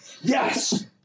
yes